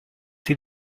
sie